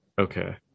okay